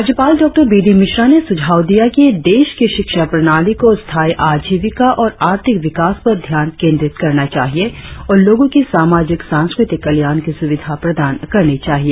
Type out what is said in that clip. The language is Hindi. राज्यपाल डॉ॰बी॰डी॰ मिश्रा ने सुझाव दिया कि देश की शिक्षा प्रणाली को स्थायी आजीविका और आर्थिक विकास पर ध्यान केंद्रित करना चाहिए और लोगों की सामाजिक सांस्कृतिक कल्याण की सुविधा प्रदान करनी चाहिए